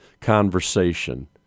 conversation